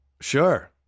Sure